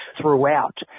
throughout